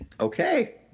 Okay